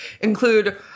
include